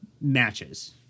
matches